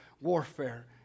warfare